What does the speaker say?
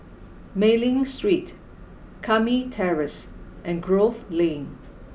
Mei Ling Street Lakme Terrace and Grove Lane